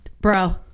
bro